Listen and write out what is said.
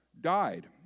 died